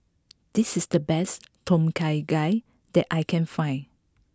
this is the best Tom Kha Gai that I can find